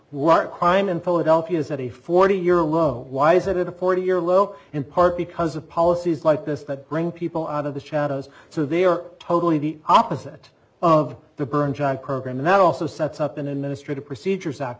what crime in philadelphia is at a forty year low why is it a forty year low in part because of policies like this that bring people out of the shadows so they are totally the opposite of the burn jack program that also sets up an industry to procedures